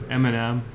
Eminem